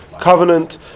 covenant